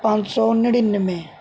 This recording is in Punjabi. ਪੰਜ ਸੋ ਨੜੇਨਵੇਂ